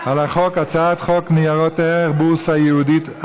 על הצעת חוק ניירות ערך (בורסה ייעודית),